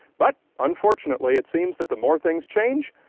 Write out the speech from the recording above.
but, unfortunately, it seems that the more things change,